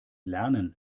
lernen